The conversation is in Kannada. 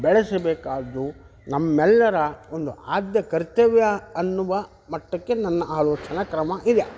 ಬೆಳೆಸಬೇಕಾದ್ದು ನಮ್ಮೆಲ್ಲರ ಒಂದು ಆದ್ಯ ಕರ್ತವ್ಯ ಎನ್ನುವ ಮಟ್ಟಕ್ಕೆ ನನ್ನ ಆಲೋಚನಾ ಕ್ರಮ ಇದೆ